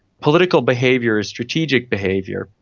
political behaviour is strategic behaviour.